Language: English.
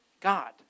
God